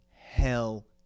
hell